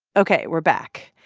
ok. we're back.